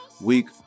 week